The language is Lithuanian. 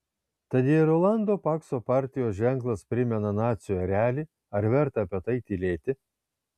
tad jei rolando pakso partijos ženklas primena nacių erelį ar verta apie tai tylėti